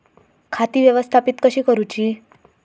खाती व्यवस्थापित कशी करूची?